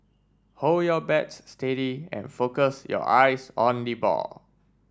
hold your bat steady and focus your eyes on the ball